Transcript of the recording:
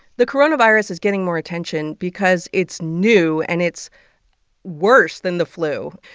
the coronavirus is getting more attention because it's new and it's worse than the flu.